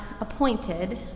appointed